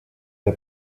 der